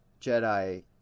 Jedi